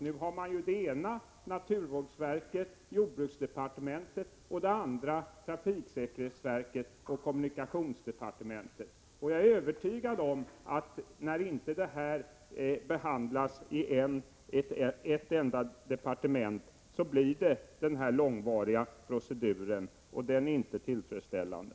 Nu har man å ena sidan naturvårdsverket och jordbruksdepartementet och å andra trafiksäkerhetsverket och kommunikationsdepartementet. Jag är övertygad om att när inte frågan behandlas i ett enda departement blir det en långvarig procedur, något som inte är tillfredsställande.